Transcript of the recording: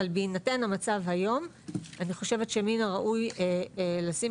בהינתן המצב היום אני חושבת שמן הראוי לשים